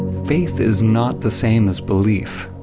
faith is not the same as belief.